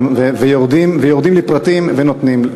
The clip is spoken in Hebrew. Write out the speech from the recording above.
ויורדים לפרטים ונותנים,